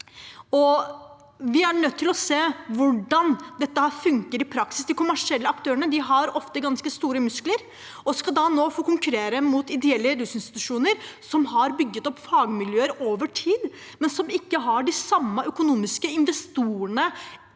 Vi er nødt til å se på hvordan dette funker i praksis. De kommersielle aktørene har ofte ganske store muskler og skal nå få konkurrere mot ideelle rusinstitusjoner som har bygget opp fagmiljøer over tid, men som ikke har de samme økonomiske investorene